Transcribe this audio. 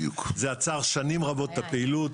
זה עצר שנים רבות את הפעילות.